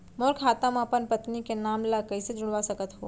मोर खाता म अपन पत्नी के नाम ल कैसे जुड़वा सकत हो?